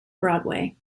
broadway